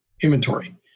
inventory